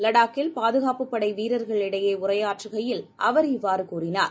லடாக்கில் பாதுகாப்புப்படைவீரர்களிடையேஉரையாற்றுகையில் அவர் இவ்வாறுகூறினார்